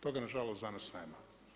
Toga nažalost danas nema.